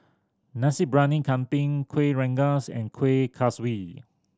Nasi Briyani Kambing Kuih Rengas and Kuih Kaswi